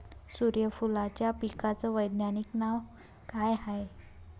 सुर्यफूलाच्या पिकाचं वैज्ञानिक नाव काय हाये?